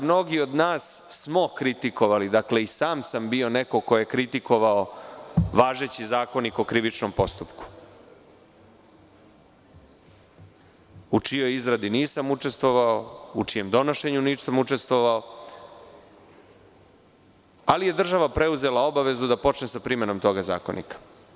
Mnogi od nas smo kritikovali, dakle, i sam sam bio neko ko je kritikovao važeći Zakonik o krivičnom postupku, u čijoj izradi nisam učestvovao, u čijem donošenju nisam učestvovao, ali je država preuzela obavezu da počne sa primenom toga zakonika.